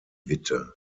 witte